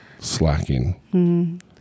slacking